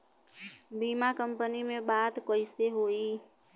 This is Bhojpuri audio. बीमा कंपनी में बात कइसे होई?